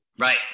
Right